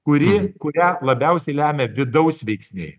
kuri kurią labiausiai lemia vidaus veiksniai